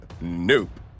Nope